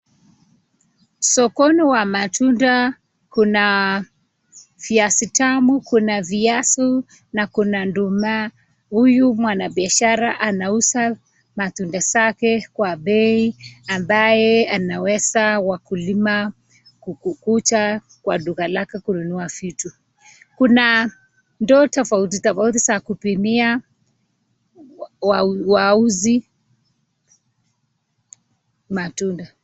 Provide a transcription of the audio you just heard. Sokoni wa matunda kuna viazi tamu, kuna viazi, na kuna nduma huyu mwanabiashara anauza matunda zake kwa bei ambae anaweza wakulima kukuja kwa duka lake kununua vitu, kuna ndoo tofauti tofauti za kupimia wauzi matunda.